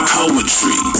poetry